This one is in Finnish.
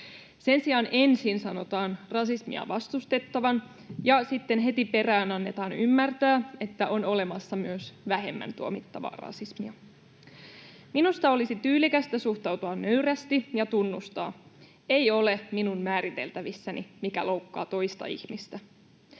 Sen sijaan ensin sanotaan rasismia vastustettavan ja sitten heti perään annetaan ymmärtää, että on olemassa myös vähemmän tuomittavaa rasismia. Minusta olisi tyylikästä suhtautua nöyrästi ja tunnustaa: ”Ei ole minun määriteltävissäni, mikä loukkaa toista ihmistä.”